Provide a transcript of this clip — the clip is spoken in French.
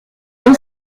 dans